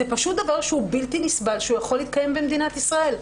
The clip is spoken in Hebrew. זה פשוט דבר שבלתי נסבל שהוא יכול להתקיים במדינת ישראל.